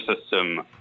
system